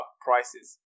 prices